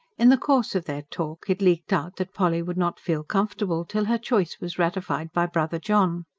in the course of their talk it leaked out that polly would not feel comfortable till her choice was ratified by brother john.